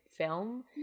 film